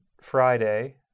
Friday